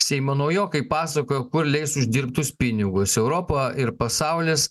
seimo naujokai pasakojo kur leis uždirbtus pinigus europa ir pasaulis